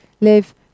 live